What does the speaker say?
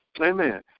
Amen